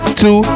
two